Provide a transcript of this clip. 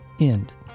end